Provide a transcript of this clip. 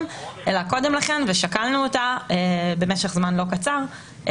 אלא קודם לכן ושקלנו אותה במשך זמן לא קצר.